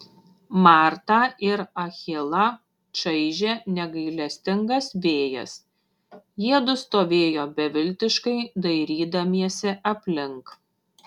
martą ir achilą čaižė negailestingas vėjas jiedu stovėjo beviltiškai dairydamiesi aplink